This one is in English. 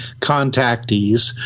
contactees